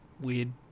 Weird